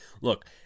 look